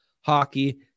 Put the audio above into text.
hockey